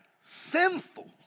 sinful